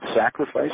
sacrifice